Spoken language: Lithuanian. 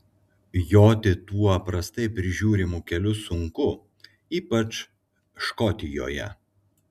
joti tuo prastai prižiūrimu keliu sunku ypač škotijoje